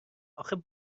آخه